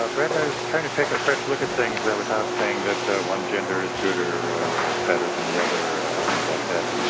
ah brett, i was trying to take a fresh look at things without saying that one gender is good or or it's better than the other things like that.